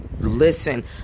Listen